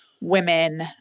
women